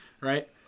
right